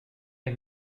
est